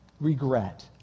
regret